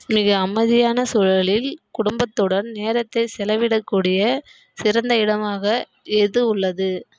மிக அமைதியான சூழலில் குடும்பத்துடன் நேரத்தைச் செலவிடக்கூடிய சிறந்த இடமாக எது உள்ளது